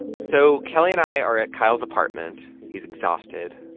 and so kelly and i are at kyle's apartment. he's exhausted.